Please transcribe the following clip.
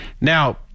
Now